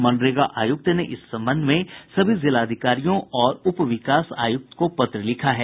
मनरेगा आयुक्त ने इस संबंध में सभी जिलाधिकारियों और उप विकास आयुक्त को पत्र लिखा है